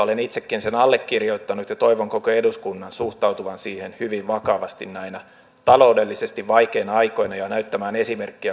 olen itsekin sen allekirjoittanut ja toivon koko eduskunnan suhtautuvan siihen hyvin vakavasti näinä taloudellisesti vaikeina aikoina ja näyttävän esimerkkiä kansalaisille